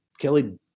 Kelly